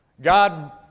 God